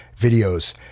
videos